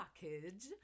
package